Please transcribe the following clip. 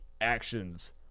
actions